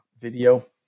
video